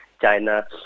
China